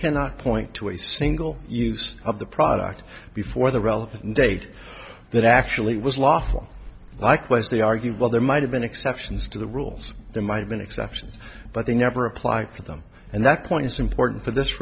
cannot point to a single use of the product before the relevant date that actually was lawful likewise they argue well there might have been exceptions to the rules there might have been exceptions but they never applied for them and that point is important for this